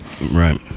right